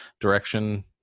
direction